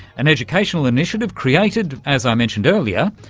an educational initiative created, as i mentioned earlier,